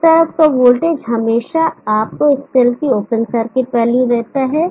उस तरफ का वोल्टेज हमेशा आपको इस सेल की ओपन सर्किट वैल्यू देता है